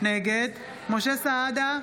נגד משה סעדה,